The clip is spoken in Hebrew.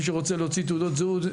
מי שרוצה להוציא תעודות זהות.